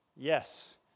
Yes